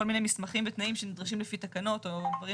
מסמכים ותנאים שנדרשים לפי תקנות או דברים